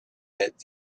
that